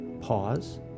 Pause